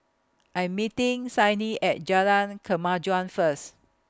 I'm meeting Sydni At Jalan Kemajuan First